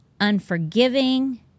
unforgiving